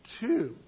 Two